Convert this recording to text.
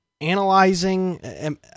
analyzing